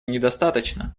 недостаточно